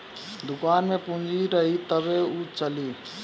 दुकान में पूंजी रही तबे उ चली